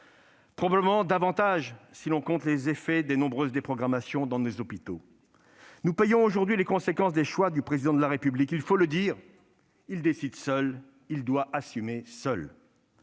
probablement davantage, si l'on compte les effets des nombreuses déprogrammations dans nos hôpitaux. Nous payons aujourd'hui les conséquences des choix du Président de la République. Il faut le dire ! Il décide seul, il doit assumer seul.